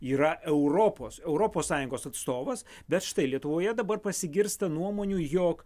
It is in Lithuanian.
yra europos europos sąjungos atstovas bet štai lietuvoje dabar pasigirsta nuomonių jog